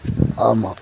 ஆமாம்